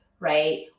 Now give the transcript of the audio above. Right